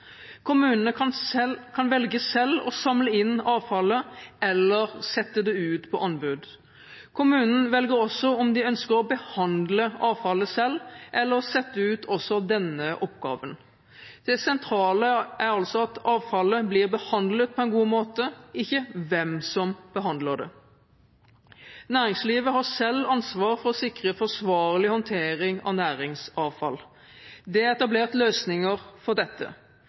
Kommunene kan velge selv å samle inn avfallet eller sette dette ut på anbud. Kommunene velger også om de ønsker å behandle avfallet selv eller sette ut også denne oppgaven. Det sentrale er altså at avfallet blir behandlet på en god måte – ikke hvem som behandler det. Næringslivet har selv ansvar for å sikre forsvarlig håndtering av næringsavfall. Det er etablert løsninger for dette.